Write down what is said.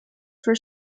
for